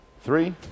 three